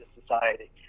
society